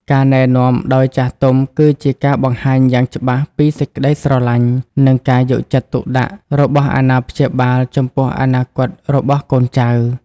ការណែនាំដោយចាស់ទុំគឺជាការបង្ហាញយ៉ាងច្បាស់ពីសេចក្ដីស្រឡាញ់ និងការយកចិត្តទុកដាក់របស់អាណាព្យាបាល ចំពោះអនាគតរបស់កូនចៅ។